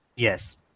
Yes